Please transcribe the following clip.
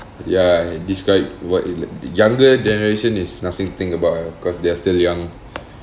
ya describe what you like younger generation is nothing think about uh because they are still young